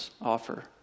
offer